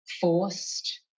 forced